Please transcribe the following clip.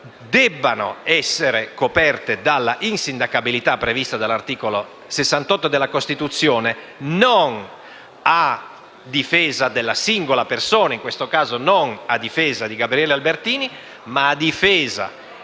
debbano essere coperte dall'insindacabilità prevista dall'articolo 68 della Costituzione, non a difesa della singola persona, in questo caso non a difesa di Gabriele Albertini, ma a difesa